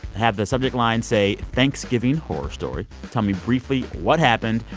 have the subject line say, thanksgiving horror story. tell me briefly what happened,